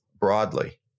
broadly